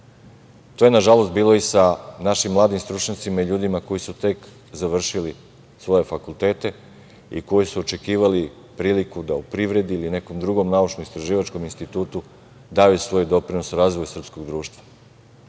To je nažalost bilo i sa našim mladim stručnjacima i ljudima koji su tek završili svoje fakultete i koji su očekivali priliku da u privredi ili nekom drugom naučno-istraživačkom institutu daju svoj doprinos razvoju srpskog društva.